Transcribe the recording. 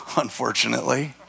unfortunately